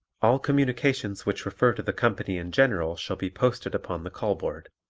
all communications which refer to the company in general shall be posted upon the call-board.